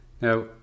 now